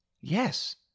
Yes